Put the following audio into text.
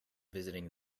visiting